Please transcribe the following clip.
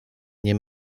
nie